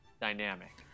dynamic